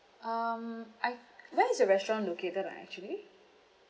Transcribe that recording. um I where is your restaurant located ah actually